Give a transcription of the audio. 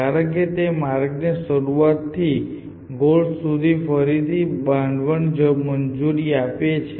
કારણ કે તે માર્ગને શરૂઆતથી ગોલ સુધી ફરીથી બાંધવાની મંજૂરી આપે છે